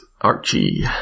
Archie